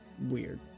weird